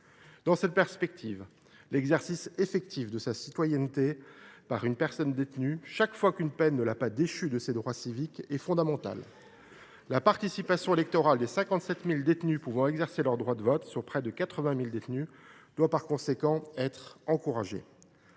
Dans cette perspective, l’exercice effectif de sa citoyenneté par une personne détenue, dès lors qu’elle n’a pas été déchue de ses droits civiques, est fondamental. La participation électorale des 57 000 détenus pouvant exercer leur droit de vote, sur un total de près de 80 000 détenus, doit par conséquent être encouragée.